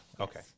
Okay